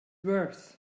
worth